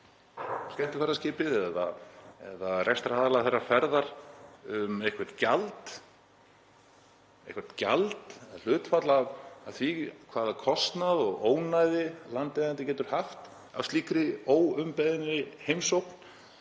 skemmtiferðaskipið eða rekstraraðila þeirrar ferðar um eitthvert gjald, hlutfall af því hvaða kostnað og ónæði landeigandi getur haft af slíkri óumbeðinni heimsókn?